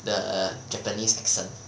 the japanese accent